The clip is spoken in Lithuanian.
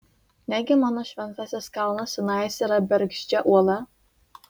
negi mano šventasis kalnas sinajus yra bergždžia uola